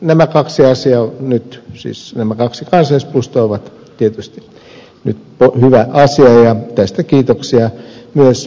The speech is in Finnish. nämä kaksi kansallispuistoa ovat tietysti hyvä asia ja tästä kiitoksia myös ministerille